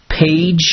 page